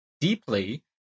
deeply